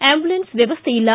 ambulance ವ್ವವಸ್ಥೆ ಇಲ್ಲ